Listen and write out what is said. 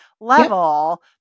level